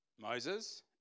Moses